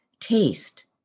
taste